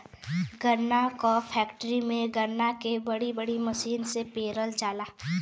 गन्ना क फैक्ट्री में गन्ना के बड़ी बड़ी मसीन से पेरल जाला